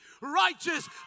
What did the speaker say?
righteous